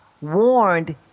warned